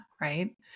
right